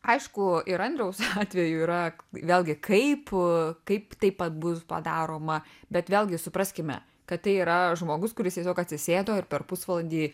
aišku ir andriaus atveju yra vėlgi kaip a kaip taip pat bus padaroma bet vėlgi supraskime kad tai yra žmogus kuris tiesiog atsisėdo ir per pusvalandį